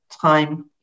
time